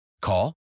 Call